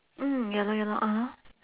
mm ya lor ya lor (uh huh)